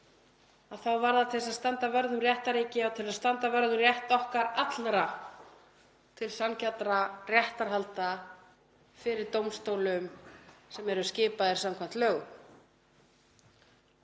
þá var það til að standa vörð um réttarríkið og til að standa vörð um rétt okkar allra til sanngjarnra réttarhalda fyrir dómstólum sem eru skipaðir samkvæmt lögum.